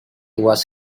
was